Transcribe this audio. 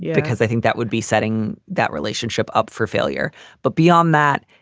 yeah because i think that would be setting that relationship up for failure. but beyond that,